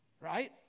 right